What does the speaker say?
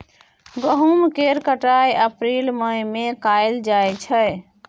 गहुम केर कटाई अप्रील मई में कएल जाइ छै